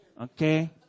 Okay